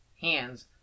hands